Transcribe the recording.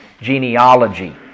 genealogy